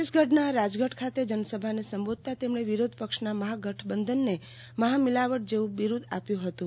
છત્તીસગઢના રાજગઢ ખાતે જનસભાને સંબોધતાં તેમણે વિરોધપક્ષના મહાગઠબંધનને મહામિલાવટ જેવું બિરૂદ આપ્યું હતું